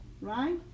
right